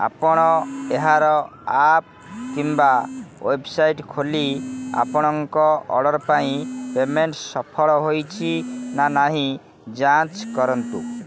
ଆପଣ ଏହାର ଆପ୍ କିମ୍ବା ୱେବ୍ସାଇଟ୍ ଖୋଲି ଆପଣଙ୍କ ଅର୍ଡ଼ର୍ ପାଇଁ ପେମେଣ୍ଟ୍ ସଫଳ ହୋଇଛି ନା ନାହିଁ ଯାଞ୍ଚ୍ କରନ୍ତୁ